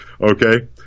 Okay